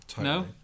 No